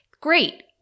great